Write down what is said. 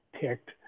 ticked